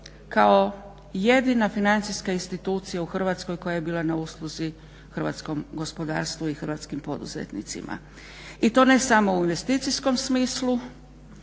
kao jedina financijska institucija u Hrvatskoj koja je bila na usluzi hrvatskom gospodarstvu i hrvatskim poduzetnicima i to ne samo u investicijskom smislu